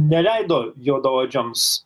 neleido juodaodžiams